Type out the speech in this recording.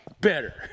better